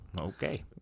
Okay